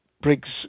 Briggs